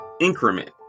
increment